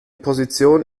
position